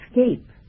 escape